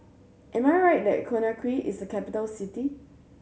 am I right that Conakry is a capital city